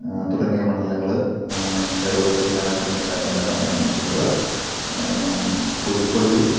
തുടങ്ങിയ മണ്ഡലങ്ങൾ ഇടതുപക്ഷ ജനാധിപത്യ മുന്നണിയുടെ എം എൽ എമാരാണ് നയിക്കുന്നത് പുതുപ്പള്ളി